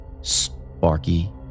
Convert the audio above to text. Sparky